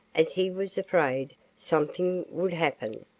as he was afraid something would happen.